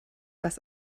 das